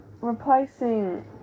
replacing